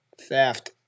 Theft